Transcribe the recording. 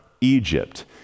Egypt